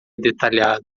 detalhado